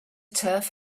turf